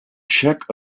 czech